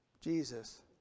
Jesus